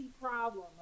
problem